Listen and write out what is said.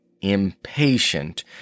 impatient